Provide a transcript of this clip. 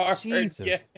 Jesus